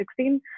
2016